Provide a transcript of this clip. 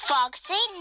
Foxy